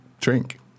drink